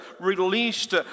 released